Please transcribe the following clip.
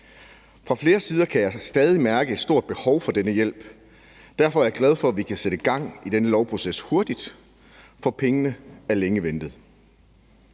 Fra flere sider kan jeg stadig mærke et stort behov for denne hjælp. Derfor er jeg glad for, at vi kan sætte gang i denne lovproces hurtigt, for pengene er længe ventet.